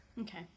Okay